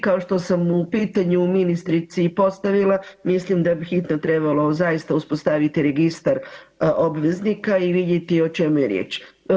Kao što sam u pitanju ministrici postavila mislim da bi hitno trebalo zaista uspostaviti registar obveznika i vidjeti o čemu je riječ.